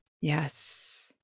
Yes